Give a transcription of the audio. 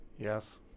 Yes